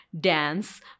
dance